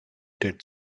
dead